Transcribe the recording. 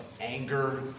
anger